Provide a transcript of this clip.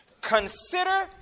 consider